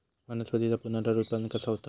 वनस्पतीत पुनरुत्पादन कसा होता?